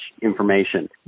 information